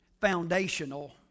foundational